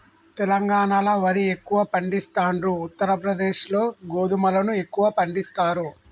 తెలంగాణాల వరి ఎక్కువ పండిస్తాండ్రు, ఉత్తర ప్రదేశ్ లో గోధుమలను ఎక్కువ పండిస్తారు